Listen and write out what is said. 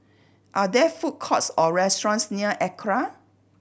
are there food courts or restaurants near ACRA